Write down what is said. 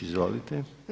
Izvolite.